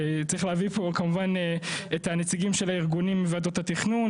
צריך להביא פה כמובן את הנציגים של הארגונים מוועדות התכנון.